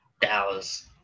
Dallas